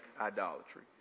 idolatry